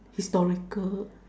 historical